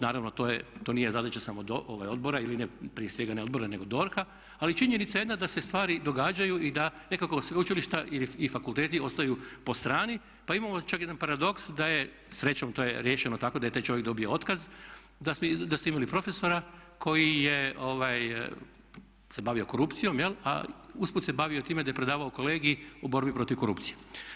Naravno to nije zadaća samo ovog odbora ili prije svega ne odbora nego DORH-a, ali činjenica je jedna da se stvari događaju i da nekako sveučilišta i fakulteti ostaju po strani, pa imamo čak jedan paradoks da je, srećom to je riješeno tako da je taj čovjek dobio otkaz, da ste imali profesora koji se bavio korupcijom, a usput se bavio time da je prodavao kolegij o borbi protiv korupcije.